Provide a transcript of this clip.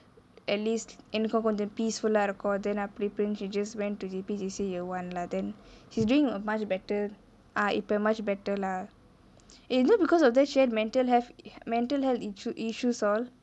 at least எனக்கோ கொஞ்சோ:enako konjo peaceful லா இருக்கு:la iruku then அப்டி இப்டினு:apdi ipdinu she just went to J_P_J_C year one lah then she's doing much better ah இப்பே:ippae much better lah it's also because of that she had mental health mental health iss~ issues all